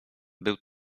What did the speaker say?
był